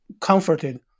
comforted